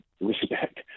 respect